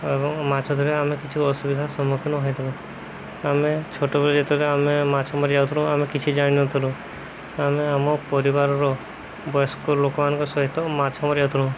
ଏବଂ ମାଛ ଧରି ଆମେ କିଛି ଅସୁବିଧାର ସମ୍ମୁଖୀନ ହୋଇଛୁ ଆମେ ଛୋଟବେଳେ ଯେତେବେଳେ ଆମେ ମାଛ ମାରି ଯାଉଥିଲୁ ଆମେ କିଛି ଜାଣି ନଥିଲୁ ଆମେ ଆମ ପରିବାରର ବୟସ୍କ ଲୋକମାନଙ୍କ ସହିତ ମାଛ ମାରି ଯାଉଥିଲୁ